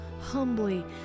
humbly